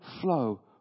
flow